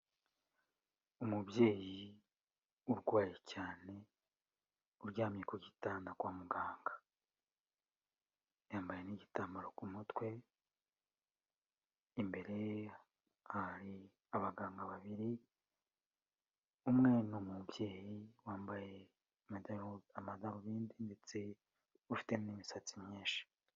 Umubyeyi, urwaye cyane, uryamye ku igitanda kwa muganga. Yambaye n'igitambaro ku mutwe, imbere ye hari abaganga babiri, umwe ni umubyeyi, wambaye amadarubindi, ndetse ufite n'imisatsi myinshi.